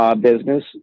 Business